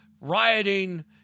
rioting